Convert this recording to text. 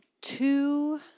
two